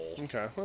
Okay